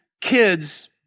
kids